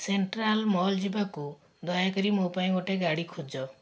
central mall ଯିବାକୁ ଦୟାକରି ମୋ ପାଇଁ ଗୋଟିଏ ଗାଡ଼ି ଖୋଜ